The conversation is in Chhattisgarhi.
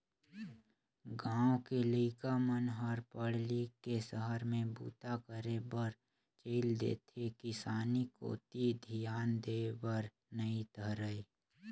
गाँव के लइका मन हर पढ़ लिख के सहर में बूता करे बर चइल देथे किसानी कोती धियान देय बर नइ धरय